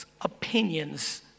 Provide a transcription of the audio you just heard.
opinions